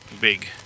Big